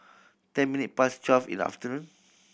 ten minute past twelve in the afternoon